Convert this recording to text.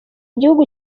gihugu